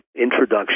Introduction